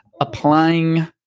applying